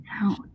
out